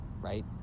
right